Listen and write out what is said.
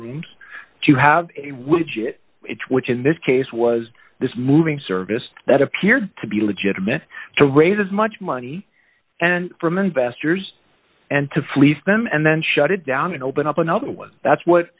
rooms to have a widget it which in this case was this moving service that appeared to be legitimate to raise as much money and from investors and to fleece them and then shut it down and open up another one dollar that's what